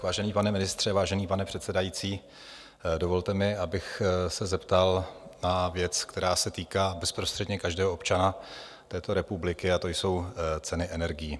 Vážený pane ministře, vážený pane předsedající, dovolte mi, abych se zeptal na věc, která se týká bezprostředně každého občana této republiky, a to jsou ceny energií.